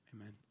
Amen